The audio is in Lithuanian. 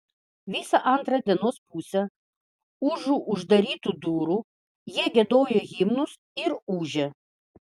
visą antrą dienos pusę užu uždarytų durų jie giedojo himnus ir ūžė